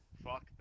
Fuck